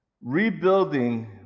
Rebuilding